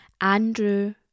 Andrew